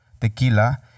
tequila